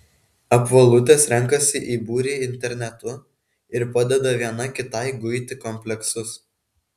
apvalutės renkasi į būrį internetu ir padeda viena kitai guiti kompleksus